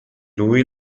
lui